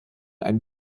ein